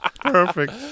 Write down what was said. perfect